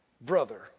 brother